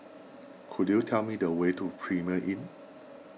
could you tell me the way to Premier Inn